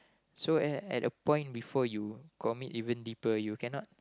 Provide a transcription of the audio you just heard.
so at at a point before you commit even deeper you cannot